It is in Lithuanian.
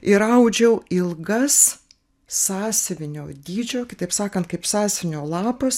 ir audžiau ilgas sąsiuvinio dydžio kitaip sakant kaip sąsiuvinio lapas